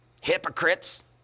hypocrites